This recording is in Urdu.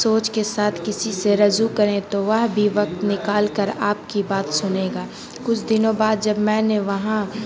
سوچ کے ساتھ کسی سے رجوع کریں تو وہ بھی وقت نکال کر آپ کی بات سنے گا کچھ دنوں بعد جب میں نے وہاں